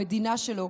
המדינה שלו,